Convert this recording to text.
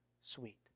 sweet